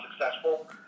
successful